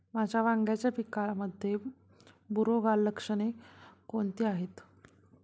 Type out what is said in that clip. माझ्या वांग्याच्या पिकामध्ये बुरोगाल लक्षणे कोणती आहेत?